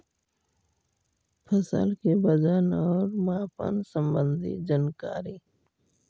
फसल के वजन और मापन संबंधी जनकारी?